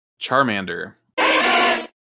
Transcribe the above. Charmander